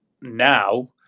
now